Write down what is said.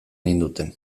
ninduten